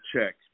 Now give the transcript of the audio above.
check